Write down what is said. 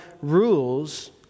rules